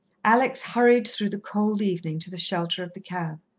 alex hurried through the cold evening to the shelter of the cab.